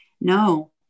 No